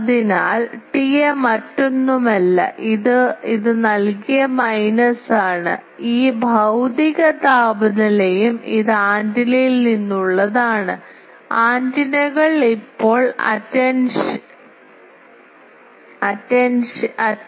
അതിനാൽ TA മറ്റൊന്നുമല്ല ഇത് നൽകിയ മൈനസ് ആണ് ഈ ഭൌതിക താപനിലയും ഇത് ആന്റിനയിൽ നിന്നുള്ളതുമാണ് ആന്റിനകൾ ഇപ്പോൾ അറ്റൻവേഷൻ TA